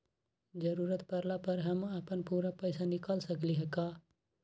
जरूरत परला पर हम अपन पूरा पैसा निकाल सकली ह का?